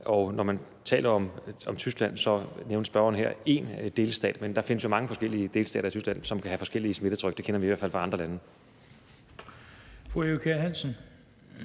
spørgeren talte om Tyskland, nævnte hun én delstat, men der findes jo mange forskellige delstater i Tyskland, som kan have forskellige smittetryk. Det kender vi i hvert fald fra andre lande.